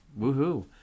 woohoo